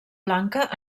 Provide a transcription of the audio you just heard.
blanca